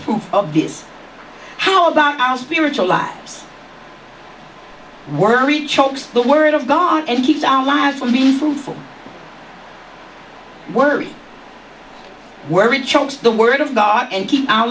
proof of these how about our spiritual lives worry chokes the word of god and keeps our lives from being fruitful worry worry chokes the word of god and keep our